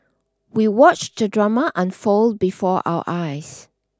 we watched the drama unfold before our eyes